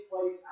place